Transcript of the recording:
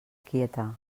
quieta